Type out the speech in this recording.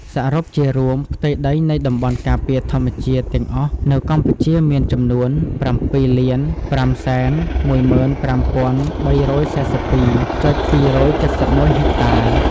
សរុបជារួម ផ្ទៃដីនៃតំបន់ការពារធម្មជាតិទាំងអស់នៅកម្ពុជាមានចំនួន ៧,៥១៥,៣៤២.២៧១ ហិកតា។